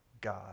God